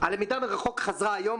הלמידה מרחוק חזרה היום,